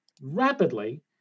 rapidly